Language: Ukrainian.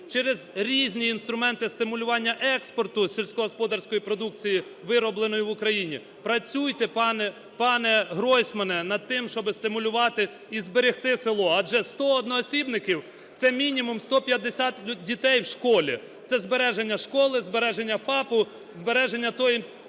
через різні інструменти стимулювання експорту сільськогосподарської продукції, виробленої в Україні. Працюйте, пане Гройсмане, над тим, щоби стимулювати і зберегти село, адже 100 одноосібників – це мінімум 150 дітей у школі, це збереження школи, збереження ФАПу, збереження тієї